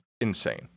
insane